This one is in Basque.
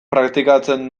praktikatzen